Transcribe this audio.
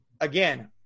again